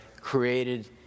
created